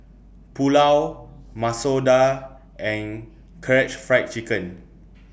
Pulao Masoor Dal and Karaage Fried Chicken